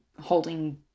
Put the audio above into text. holding